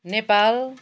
Nepal